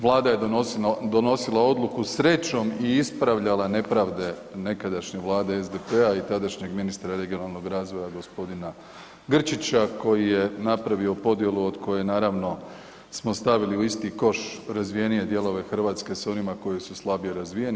Vlada je donosila odluku srećom i ispravljala nepravde nekadašnje vlade SDP-a i tadašnjeg ministra regionalnog razvoja gospodina Grčića koji je napravio podjelu od koje naravno smo stavili u isti koš razvijenije dijelove Hrvatske s onima koji su slabije razvijeni.